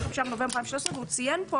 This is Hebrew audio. הוא ציין פה